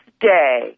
day